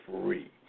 free